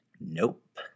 nope